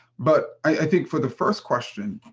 but i think for the first question,